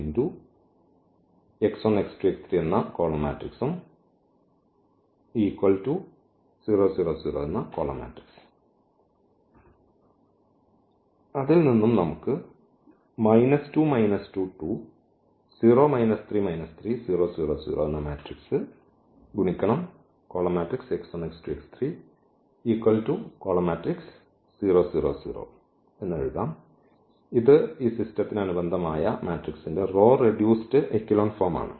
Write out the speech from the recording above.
ഇത് ഈ സിസ്റ്റത്തിന് അനുബന്ധമായ മാട്രിക്സ്ൻറെ റോ റെഡ്യൂസ്ഡ് എക്കെലോൺ ഫോമാണ്